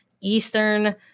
Eastern